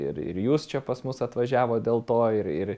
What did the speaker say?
ir ir jūs čia pas mus atvažiavot dėl to ir ir